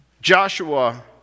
Joshua